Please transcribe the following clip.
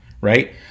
right